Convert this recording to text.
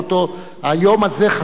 היום הזה חשוב ביותר,